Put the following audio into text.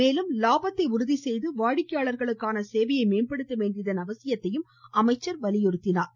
மேலும் லாபத்தை உறுதி செய்து வாடிக்கையாளர்களுக்கான சேவையை மேம்படுத்த வேண்டியதன் அவசியத்தையும் அவர் வலியுறுத்தினார்